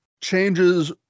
changes